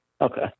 Okay